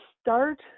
start